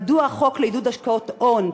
מדוע החוק לעידוד השקעות הון,